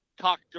talk